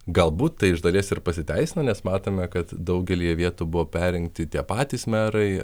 galbūt tai iš dalies ir pasiteisina nes matome kad daugelyje vietų buvo perrinkti tie patys merai